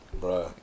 Bruh